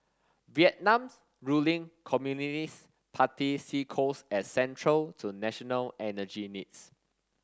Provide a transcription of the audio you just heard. Vietnam's ruling Communist Party see coals as central to national energy needs